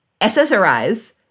SSRIs